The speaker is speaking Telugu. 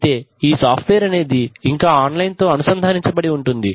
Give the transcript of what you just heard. అయితే ఈ సాఫ్ట్ వేర్ అనేది ఇంకా ఆన్లైన్ తో అనుసంధానించబడి ఉంటుంది